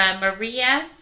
Maria